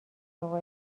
اقا